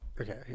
okay